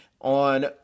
On